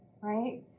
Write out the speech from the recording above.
right